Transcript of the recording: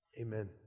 Amen